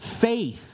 faith